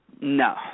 No